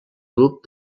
grup